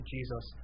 Jesus